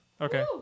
Okay